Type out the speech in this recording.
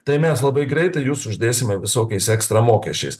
tai mes labai greitai jus uždėsime visokiais ekstra mokesčiais